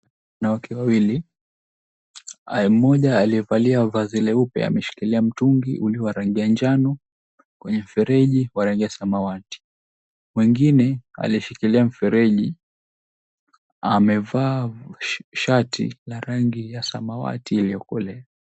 Wanawake wawili. Mmoja aliyevalia vazi leupe, ameshikilia mtungi ulio wa rangi ya njano kwenye mfereji wa rangi ya samawati. Mwingine aliyeshikilia mfereji, amevaa shati ya rangi ya samawati iliyokolea.